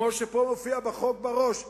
כמו שפה מופיע בראש החוק,